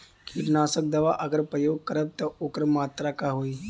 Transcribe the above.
कीटनाशक दवा अगर प्रयोग करब त ओकर मात्रा का होई?